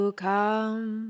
come